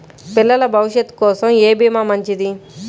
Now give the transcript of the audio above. పిల్లల భవిష్యత్ కోసం ఏ భీమా మంచిది?